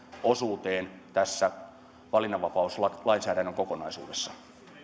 osuuteen tässä valinnanvapauslainsäädännön kokonaisuudessa